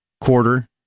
quarter